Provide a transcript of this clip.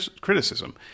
criticism